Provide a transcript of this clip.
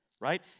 right